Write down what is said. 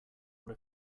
what